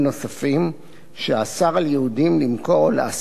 שאסר על יהודים למכור או להשכיר דירות לערבים,